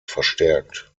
verstärkt